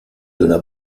donna